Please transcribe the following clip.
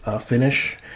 finish